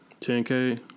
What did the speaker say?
10K